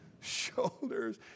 shoulders